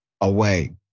away